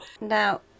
Now